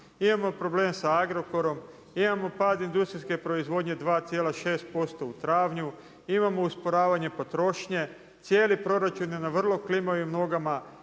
Imamo problem sa Agrokorom. Imamo pad industrijske proizvodnje 2,6% u travnju, imamo usporavanje potrošnje. Cijeli proračun je na vrlo klimavim nogama